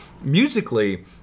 musically